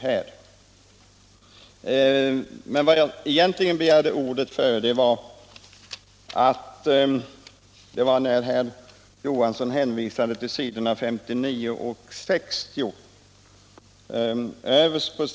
När jag begärde ordet var det egentligen med anledning av att herr Johansson hänvisade till s. 59 och 60 i betänkandet.